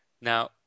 Now